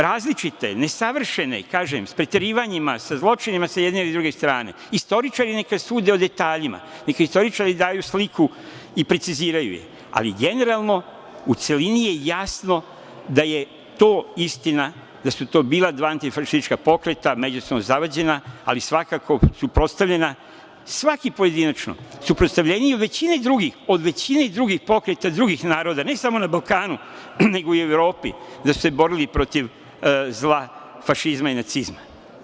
Različite, nesavršene, kažem, s preterivanjima, sa zločinima sa jedne ili druge strane, istoričari neka sude o detaljima, nek istoričari daju sliku i preciziraju je, ali generalno, u celini je jasno da je to istina, da su to bila dva antifašistička pokreta međusobno zavađena, ali svakako suprotstavljena, svaki pojedinačno, suprotstavljeniji od većine drugih pokreta drugih naroda, ne samo na Balkanu, nego i u Evropi, da su se borili protiv zla, fašizma i nacizma.